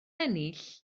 ennill